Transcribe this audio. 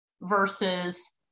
versus